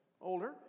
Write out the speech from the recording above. older